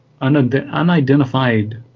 unidentified